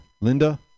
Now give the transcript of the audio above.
Linda